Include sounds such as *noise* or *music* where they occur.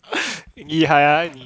*laughs* 厉害 ah 你